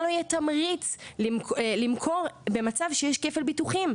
לא יהיה תמריץ למכור במצב שיש כפל ביטוחים.